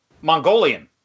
Mongolian